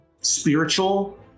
spiritual